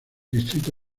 distrito